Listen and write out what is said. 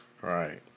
Right